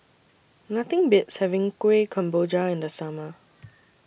Nothing Beats having Kuih Kemboja in The Summer